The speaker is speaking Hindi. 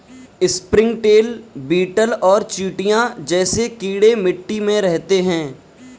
स्प्रिंगटेल, बीटल और चींटियां जैसे कीड़े मिट्टी में रहते हैं